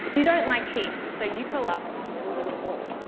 you don't like heat and so you curl up into a little ball.